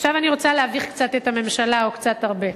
עכשיו אני רוצה להביך קצת את הממשלה, או קצת הרבה.